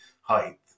height